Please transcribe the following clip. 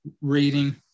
reading